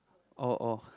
oh oh